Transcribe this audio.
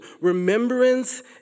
remembrance